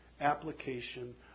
application